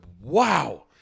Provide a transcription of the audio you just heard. wow